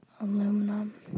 Aluminum